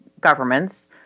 governments